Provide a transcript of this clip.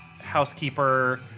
housekeeper